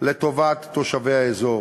לטובת תושבי האזור.